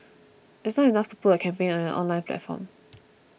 it's not enough to put a campaign on an online platform